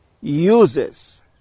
uses